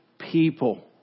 People